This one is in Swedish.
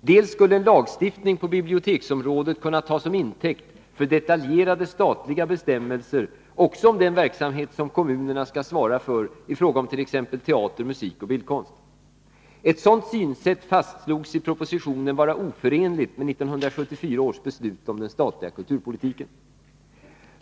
dels skulle en lagstiftning på biblioteksområdet kunna tas som intäkt för detaljerade statliga bestämmelser också om den verksamhet som kommunerna skall svara för i fråga om t.ex. teater, musik och bildkonst. Ett sådant synsätt fastslogs i propositionen vara oförenligt med 1974 års beslut om den statliga kulturpolitiken.